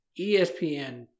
ESPN